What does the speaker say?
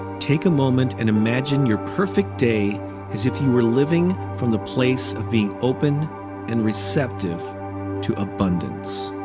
take a moment and imagine your perfect day as if you were living from the place of being open and receptive to abundance.